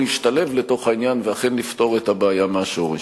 להשתלב לתוך העניין ואכן לפתור את הבעיה מהשורש.